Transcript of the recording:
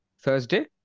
Thursday